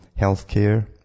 healthcare